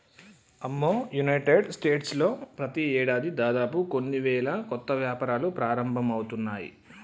అమ్మో United States లో ప్రతి ఏడాది దాదాపు కొన్ని వేల కొత్త వ్యాపారాలు ప్రారంభమవుతున్నాయి